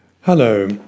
Hello